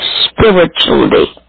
spiritually